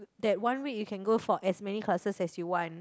that one week you can go for as many classes as you want